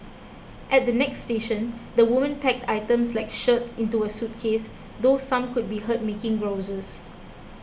at the next station the women packed items like shirts into a suitcase though some could be heard making grouses